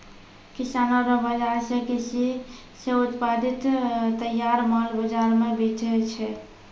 किसानो रो बाजार से कृषि से उत्पादित तैयार माल बाजार मे बेचै छै